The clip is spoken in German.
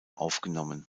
aufgenommen